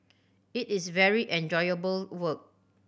it is very enjoyable work